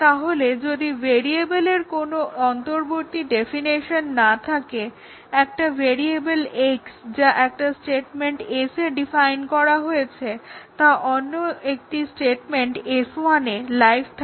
তাহলে যদি ভেরিয়েবেলের কোনো অন্তর্বর্তী ডেফিনেশন না থাকে তাহলে একটা ভেরিয়েবল x যা একটা স্টেটমেন্ট S এ ডিফাইন হয়েছে তা অন্য একটি স্টেটমেন্ট S1 এ লাইভ থাকে